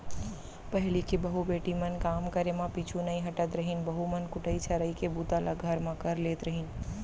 पहिली के बहू बेटी मन काम करे म पीछू नइ हटत रहिन, बहू मन कुटई छरई के बूता ल घर म कर लेत रहिन